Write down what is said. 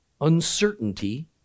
Uncertainty